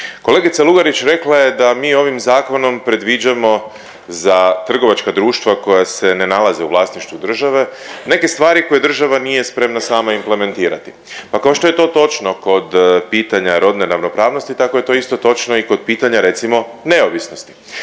Kolegica Lugarić rekla je da mi ovim zakonom predviđamo za trgovačka društva koja se ne nalaze u vlasništvu države neke stvari koje država nije spremna sama implementirati, pa kao što je to točno kod pitanja rodne ravnopravnosti tako je to isto točno i kod pitanja recimo neovisnosti.